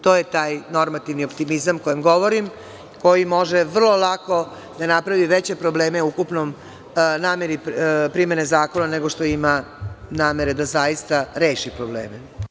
To je taj normativni optimizam o kojem govorim, koji može vrlo lako da napravi veće probleme u ukupnoj nameri primene zakona nego što ima namere da zaista reši probleme.